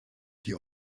die